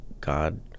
God